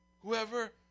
whoever